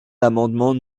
l’amendement